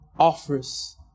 offers